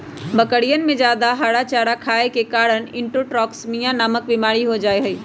बकरियन में जादा हरा चारा खाये के कारण इंट्रोटॉक्सिमिया नामक बिमारी हो जाहई